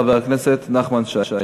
חבר הכנסת נחמן שי.